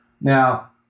Now